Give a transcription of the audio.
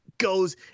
goes